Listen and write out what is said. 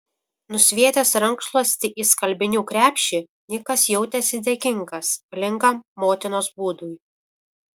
nusviedęs rankšluostį į skalbinių krepšį nikas jautėsi dėkingas valingam motinos būdui